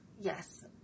Yes